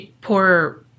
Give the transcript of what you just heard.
poor